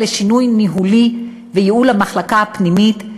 לשינוי ניהולי ולייעול המחלקה הפנימית.